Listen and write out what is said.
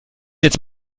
jetzt